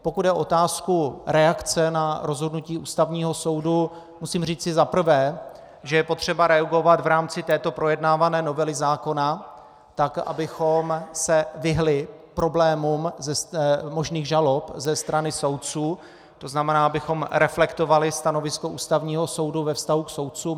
Pokud jde o otázku reakce na rozhodnutí Ústavního soudu, musím říci za prvé, že je potřeba reagovat v rámci této projednávané novely zákona tak, abychom se vyhnuli problémům možných žalob ze strany soudců, tzn. abychom reflektovali stanovisko Ústavního soudu ve vztahu k soudcům.